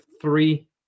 three